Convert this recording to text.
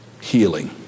healing